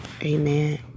Amen